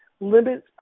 limits